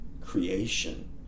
creation